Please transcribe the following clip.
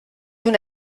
una